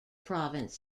province